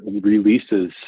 releases